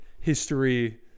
history